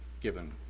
given